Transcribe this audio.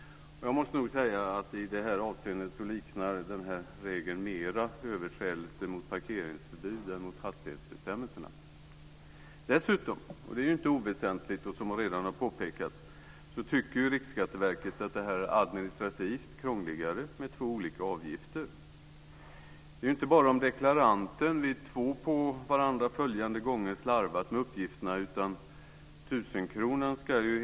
Jag måste nog säga att i detta avseende liknar regeln nog mera överträdelse mot parkeringsförbud än mot hastighetsbestämmelserna. Dessutom är det inte oväsentligt, som redan har påpekats, att Riksskatteverket tycker att det är administrativt krångligare med två olika avgifter. Det är ju inte bara om deklaranten vid två på varandra följande gånger slarvat med uppgifterna som den högre förseningsavgiften ska betalas.